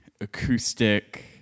Acoustic